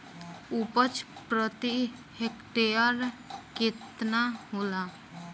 उपज प्रति हेक्टेयर केतना होला?